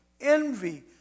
envy